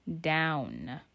down